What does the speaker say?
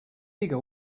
bigger